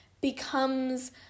becomes